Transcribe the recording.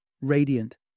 radiant